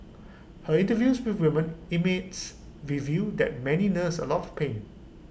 her interviews with women inmates reveal that many nurse A lot of pain